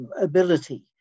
Ability